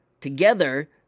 Together